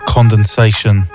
Condensation